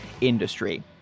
industry